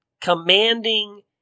commanding